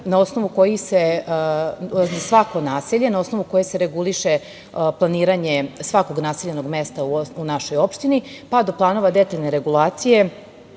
na osnovu kojih se reguliše planiranje svakog naseljenog mesta u našoj opštini, pa do planova detaljne regulacije